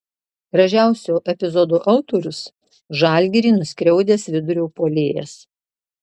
gražiausio epizodo autorius žalgirį nuskriaudęs vidurio puolėjas